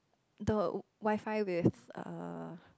the WiFi with err